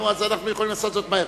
אנחנו יכולים לעשות זאת מהר.